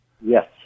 Yes